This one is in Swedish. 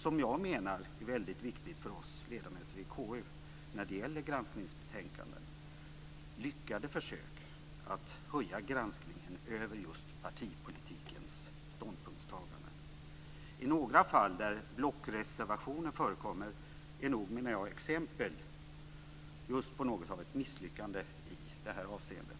som jag menar är väldigt viktigt för oss ledamöter i KU när det gäller granskningsbetänkanden - lyckade försök att höja granskningen över partipolitikens ståndpunkter. Några fall där blockreservationer förekommer är nog, menar jag, exempel på något av ett misslyckande i det här avseendet.